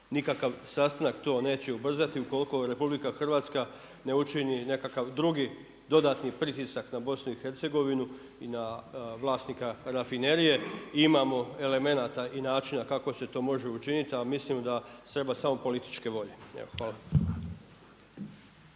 nikakav sastanak neće ubrzati ukoliko RH ne učini nekakav drugi, dodatni pritisak na BiH, i na vlasnika rafinerije. Imamo elemenata i načina kako se to može učiniti, a mislim da treba samo političke volje. Evo